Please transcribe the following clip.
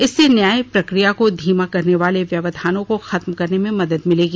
इससे न्याय प्रक्रिया को धीमा करने वाले व्यवधानों को खत्म करने में मदद मिलेगी